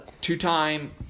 two-time